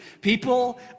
People